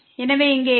எனவே இங்கே x3